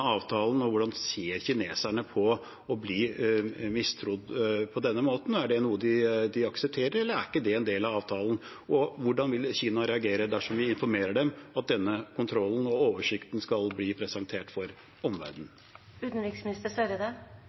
måten? Er det noe de aksepterer, eller ikke det en del av avtalen? Og hvordan vil Kina reagere dersom vi informerer dem om at denne kontrollen og oversikten skal bli presentert for omverdenen?